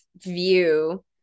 view